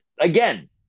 again